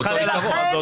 נכון.